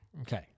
Okay